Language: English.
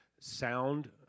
Sound